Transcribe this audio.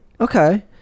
okay